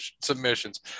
submissions